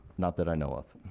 not that i know of.